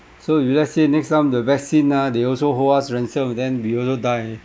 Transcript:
so if let's say next time the vaccine ah they also hold us ransom then we also die